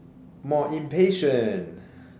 more impatient